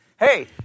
Hey